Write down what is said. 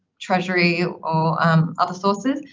treasury or um other sources.